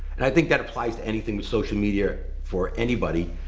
and i think that applies to anything social media for anybody.